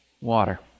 water